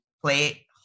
play